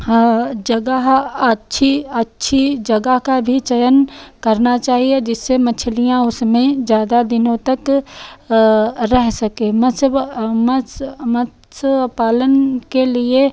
हाँ जगह अच्छी अच्छी जगह का भी चयन करना चाहिए जिससे मछलियाँ उसमें ज़्यादा दिनों तक रह सकें मत्स्य मत्स्य मत्स्य पालन के लिए